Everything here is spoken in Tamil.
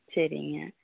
சரிங்க